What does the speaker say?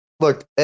Look